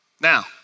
Now